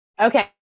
Okay